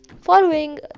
following